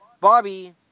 Bobby